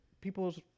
people's